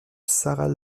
sarah